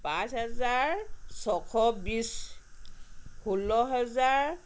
বাইছ হেজাৰ ছশ বিছ ষোল্ল হেজাৰ